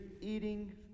eating